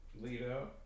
Lido